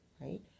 right